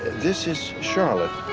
this is charlotte.